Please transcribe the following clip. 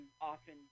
often